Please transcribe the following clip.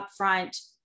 upfront